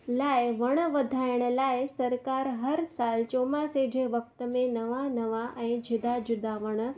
लाइ वण वधाइण लाइ सरकार हर साल चौमासे जे वक़्ति में नवां नवां ऐं जुदा जुदा वण